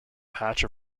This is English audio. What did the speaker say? patch